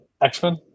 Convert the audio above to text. X-Men